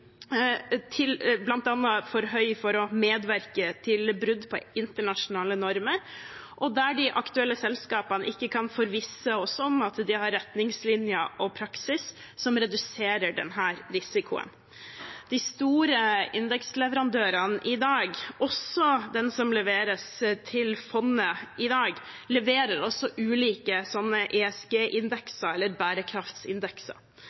for bl.a. å medvirke til brudd på internasjonale normer, og der de aktuelle selskapene ikke kan forvisse oss om at de har retningslinjer og praksis som reduserer denne risikoen. De store indeksleverandørene i dag, også de som leverer til fondet i dag, leverer også ulike